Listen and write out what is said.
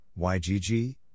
YGG